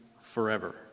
forever